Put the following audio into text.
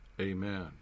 Amen